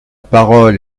parole